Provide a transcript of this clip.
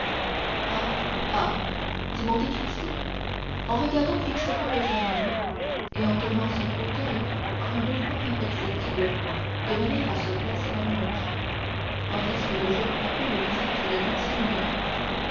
monte cristo en regardant fixement le jeune homme et en tournant son fauteuil par un mouvement imperceptible de manière à se placer dans l'ombre tandis que le jour frappait le visage de maximilien